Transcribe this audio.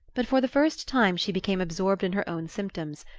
but for the first time she became absorbed in her own symptoms,